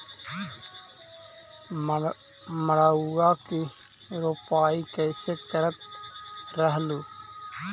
मड़उआ की रोपाई कैसे करत रहलू?